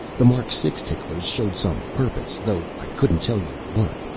the mark six ticklers showed some purpose, though i couldn't tell you what,